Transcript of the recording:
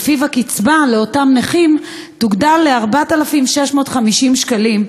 שלפיו הקצבה לאותם נכים תוגדל ל-4,650 שקלים,